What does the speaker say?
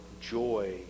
joy